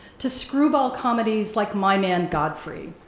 to screwball comedies like my man godfrey,